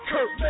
Kurt